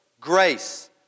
Grace